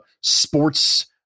sports